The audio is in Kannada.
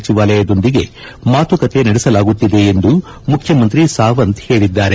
ಸಚಿವಾಲಯದೊಂದಿಗೆ ಮಾತುಕತೆ ನಡೆಸಲಾಗುತ್ತಿದೆ ಎಂದು ಮುಖ್ಯಮಂತ್ರಿ ಸಾವಂತ್ ಹೇಳಿದ್ದಾರೆ